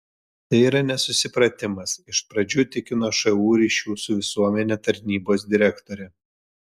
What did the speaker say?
tai yra nesusipratimas iš pradžių tikino šu ryšių su visuomene tarnybos direktorė